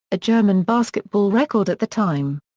a german basketball record at the time.